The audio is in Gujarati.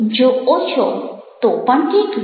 જો ઓછો તો પણ કેટલો